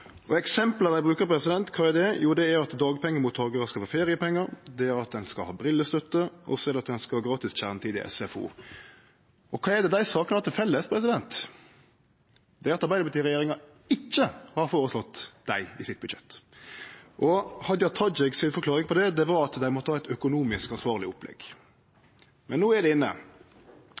dei brukar, kva er det? Jo, det er at dagpengemottakarar skal få feriepengar, at ein skal ha brillestøtte, og at ein skal ha gratis kjernetid i SFO. Kva er det dei sakene har til felles? Det er at Arbeidarparti-regjeringa ikkje har føreslått dei i sitt budsjett. Hadia Tajik si forklaring på det var at dei måtte ha eit økonomisk ansvarleg opplegg. Men no er det inne.